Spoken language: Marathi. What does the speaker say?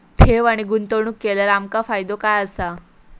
ठेव आणि गुंतवणूक केल्यार आमका फायदो काय आसा?